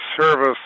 service